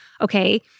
okay